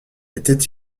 était